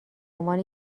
عنوان